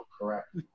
Correct